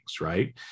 right